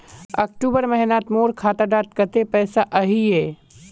अक्टूबर महीनात मोर खाता डात कत्ते पैसा अहिये?